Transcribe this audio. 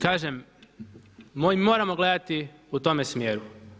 Kažem moramo gledati u tome smjeru.